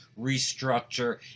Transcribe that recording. restructure